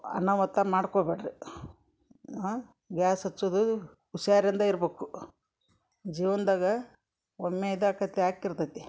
ಅನಾಹುತ ಮಾಡ್ಕೊಬೇಡ್ರಿ ಹಾ ಗ್ಯಾಸ್ ಹಚ್ಚೋದು ಹುಷಾರಿಂದ ಇರಬೇಕು ಜೀವನದಾಗ ಒಮ್ಮೆ ಇದು ಆಕ್ಕತಿ ಆಗಿರ್ತೈತಿ